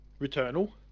Returnal